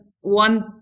one